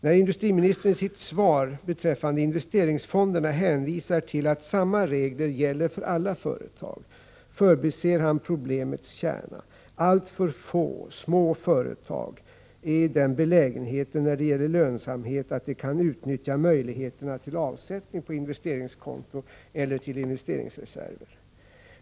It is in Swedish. När industriministern i sitt svar beträffande investeringsfonderna hänvisar till att samma regler gäller för alla företag förbiser han problemets kärna. Alltför få små företag är i den belägenheten när det gäller lönsamhet att de kan utnyttja möjligheterna till avsättning på investeringskonton eller till investeringsreserv.